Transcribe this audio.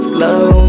Slow